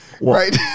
right